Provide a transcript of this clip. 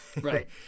Right